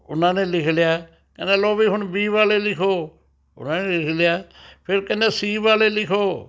ਉਨ੍ਹਾਂ ਨੇ ਲਿਖ ਲਿਆ ਕਹਿੰਦਾ ਲਉ ਵੀ ਹੁਣ ਬੀ ਵਾਲੇ ਲਿਖੋ ਉਨ੍ਹਾਂ ਨੇ ਲਿਖ ਲਿਆ ਫਿਰ ਕਹਿੰਦਾ ਸੀ ਵਾਲੇ ਲਿਖੋ